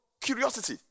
curiosity